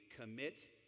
commit